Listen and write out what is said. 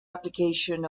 application